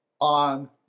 on